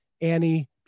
Annie